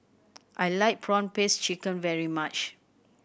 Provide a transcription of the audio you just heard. I like prawn paste chicken very much